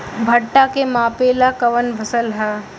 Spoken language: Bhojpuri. भूट्टा के मापे ला कवन फसल ह?